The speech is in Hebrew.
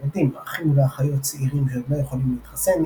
הילדים אחים ואחיות צעירים שעוד לא יכולים להתחסן,